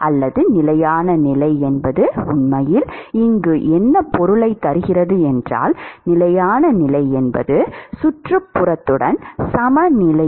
அல்லது நிலையான நிலை என்பது உண்மையில் இங்கு பொருள் நிலையான நிலை என்பது சுற்றுப்புறத்துடன் சமநிலை